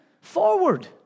Forward